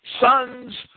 sons